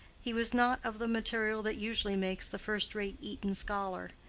he was not of the material that usually makes the first-rate eton scholar.